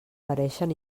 pareixen